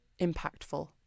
impactful